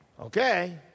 Okay